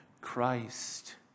christ